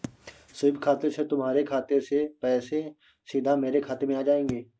SVEEP खाते से तुम्हारे खाते से पैसे सीधा मेरे खाते में आ जाएंगे